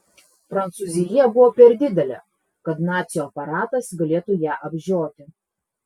prancūzija buvo per didelė kad nacių aparatas galėtų ją apžioti